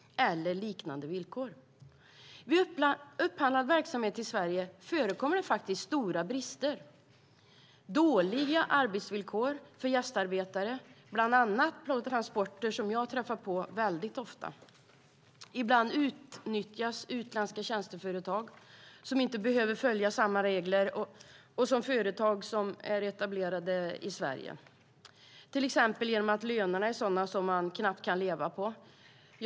Vid upphandlad verksamhet i Sverige förekommer faktiskt stora brister, dåliga arbetsvillkor för gästarbetare på bland annat transporter - detta har jag ofta stött på - och ibland utnyttjas utländska tjänsteföretag som inte behöver följa samma regler som företag som är etablerade i Sverige. Det kan till exempel innebära att lönerna är sådana att man knappt kan leva på dem.